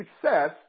success